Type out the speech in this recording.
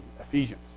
Ephesians